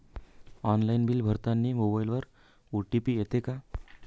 Online bill भरतानी मोबाईलवर OTP येते का?